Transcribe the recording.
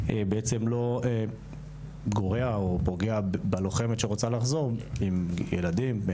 בעצם לא גורע או פוגע בלוחמת שרוצה לחזור כאשר היא עם ילדים?